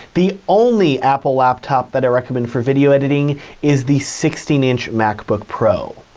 the only apple laptop that i recommend for video editing is the sixteen inch macbook pro.